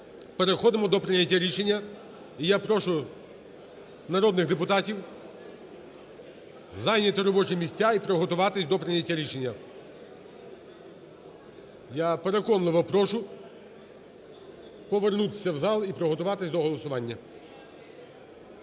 переходимо до прийняття рішення. І я прошу народних депутатів зайняти робочі місця і приготуватися до прийняття рішення. Я переконливо прошу повернутися в зал і приготуватися до голосування.